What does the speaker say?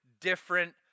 different